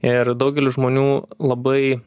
ir daugelis žmonių labai